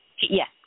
Yes